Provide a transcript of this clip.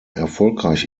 erfolgreich